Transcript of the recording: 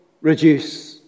reduce